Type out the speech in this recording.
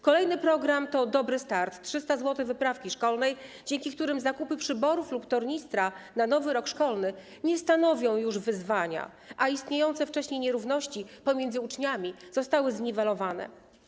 Kolejny program to ˝Dobry start˝, 300 zł wyprawki szkolnej, dzięki którym zakupy przyborów lub tornistra na nowy rok szkolny nie stanowią już wyzwania, a istniejące wcześniej nierówności pomiędzy uczniami zostały zniwelowane.